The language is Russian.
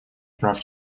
прав